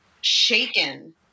shaken